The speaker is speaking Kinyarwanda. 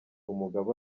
umugabo